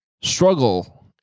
struggle